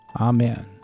Amen